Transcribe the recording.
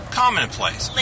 commonplace